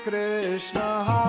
Krishna